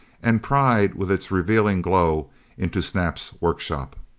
and pried with its revealing glow into snap's workshop.